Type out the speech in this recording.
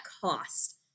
cost